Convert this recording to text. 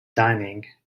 dining